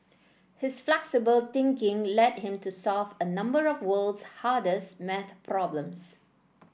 his flexible thinking led him to solve a number of the world's hardest maths problems